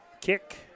Kick